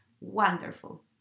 wonderful